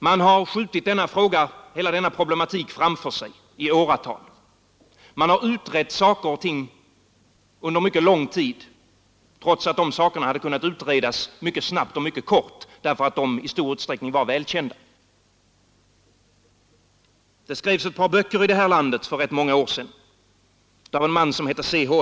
Man har skjutit hela denna problematik framför sig i åratal. Man har utrett saker och ting under mycket lång tid trots att de sakerna hade kunnat utredas mycket snabbt och mycket kortfattat därför att de i stor utsträckning var välkända. Det skrevs ett par böcker i det här landet för rätt många år sedan av en man som heter C.-H.